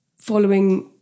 following